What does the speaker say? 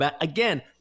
Again